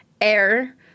air